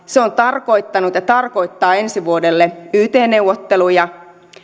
se on tarkoittanut ja tarkoittaa ensi vuodelle yt neuvotteluja